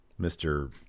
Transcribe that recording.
Mr